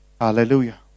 Hallelujah